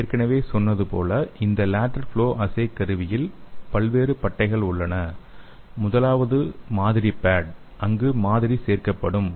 நான் ஏற்கனவே சொன்னது போல இந்த லேடெரல் ஃப்ளொ அஸ்ஸே கருவியில் பல்வேறு பட்டைகள் உள்ளன முதலாவது மாதிரி பேட் அங்கு மாதிரி சேர்க்கப்படும்